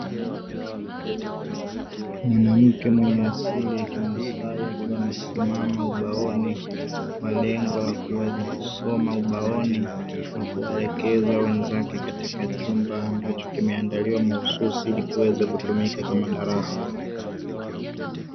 Mwanamke mwenye asili ya kimasai akiwa amesimama ubaoni kwa lengo la kuweza kusoma ubaoni na kuwaelekeza wenzake katika chumba ambacho kimeandaliwa mahususi ili kuweza kutumika kama darasa.